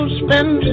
spend